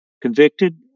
convicted